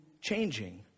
changing